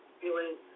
feeling